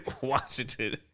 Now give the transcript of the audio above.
Washington